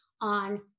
on